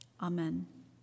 Amen